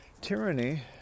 tyranny